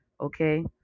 okay